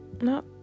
No